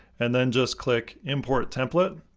and then just click, import template.